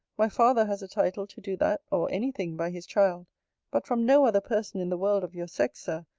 my father has a title to do that or any thing by his child but from no other person in the world of your sex, sir,